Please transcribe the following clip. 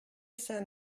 saint